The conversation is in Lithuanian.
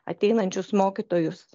ateinančius mokytojus